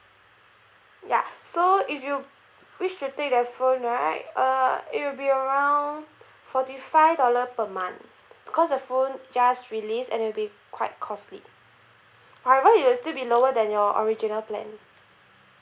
ya so if you wish to take that phone right uh it will be around forty five dollar per month because the phone just release and will be quite costly however it'll still be lower than your original plan